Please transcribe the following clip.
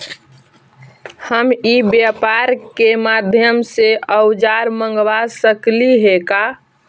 हम ई व्यापार के माध्यम से औजर मँगवा सकली हे का?